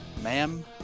Ma'am